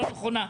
לא נכונה.